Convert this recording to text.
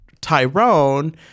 Tyrone